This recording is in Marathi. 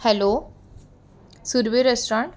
hello Surabhi restaurant